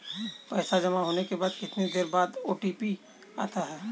पैसा जमा होने के कितनी देर बाद ओ.टी.पी आता है?